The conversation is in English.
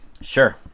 Sure